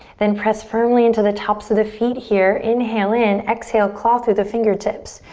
then press firmly into the tops of the feet here, inhale in. exhale, claw through the fingertips.